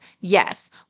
Yes